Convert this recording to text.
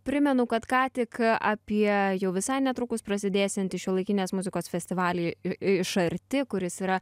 primenu kad ką tik apie jau visai netrukus prasidėsiantį šiuolaikinės muzikos festivalį iš arti kuris yra